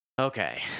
Okay